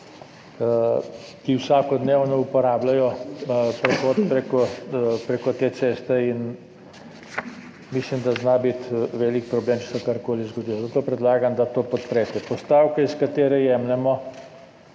ki vsakodnevno uporabljajo prehod preko te ceste. Mislim, da zna biti velik problem, če se bo karkoli zgodilo. Zato predlagam, da to podprete. Postavka, s katere jemljemo,